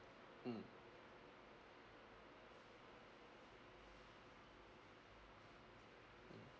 mm